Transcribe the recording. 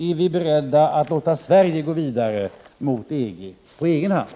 Är vi beredda att låta Sverige gå vidare mot EG på egen hand?